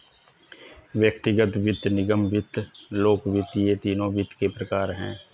व्यक्तिगत वित्त, निगम वित्त, लोक वित्त ये तीनों वित्त के प्रकार हैं